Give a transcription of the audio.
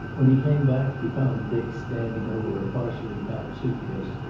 when he came back he found dick standing over a partially packed suitcase,